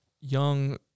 young